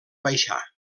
baixar